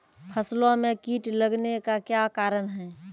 फसलो मे कीट लगने का क्या कारण है?